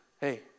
hey